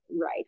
right